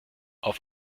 auf